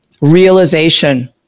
realization